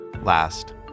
last